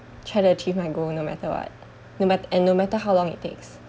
try to achieve my goal no matter what and no matter how long it takes